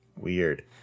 weird